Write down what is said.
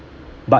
but